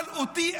אבל אותי,